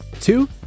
Two